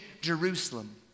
Jerusalem